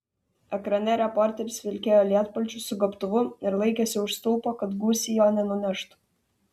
ekrane reporteris vilkėjo lietpalčiu su gobtuvu ir laikėsi už stulpo kad gūsiai jo nenuneštų